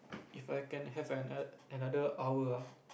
If I can have an another hour